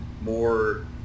more